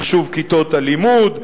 מחשוב כיתות הלימוד,